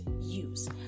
use